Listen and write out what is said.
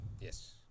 Yes